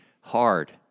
Hard